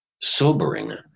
sobering